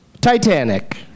Titanic